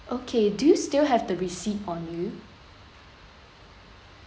okay do you still have the receipt on you